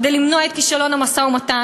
כדי למנוע את כישלון המשא-ומתן,